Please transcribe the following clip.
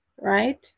Right